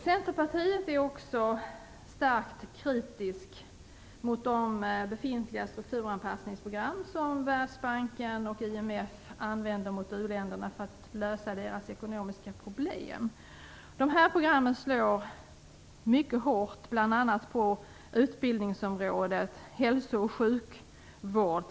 Centerpartiet är också starkt kritiskt till de befintliga strukturanpassningsprogram som Världsbanken och IMF använder mot u-länderna för att lösa deras ekonomiska problem. Dessa program slår mycket hårt bl.a. på t.ex. utbildningsområdet och hälso och sjukvård.